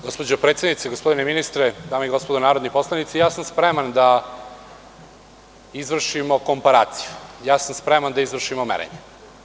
Gospođo predsednice, gospodine ministre, dame i gospodo narodni poslanici, spreman sam da izvršimo komparaciju, spreman sam da izvršimo merenje.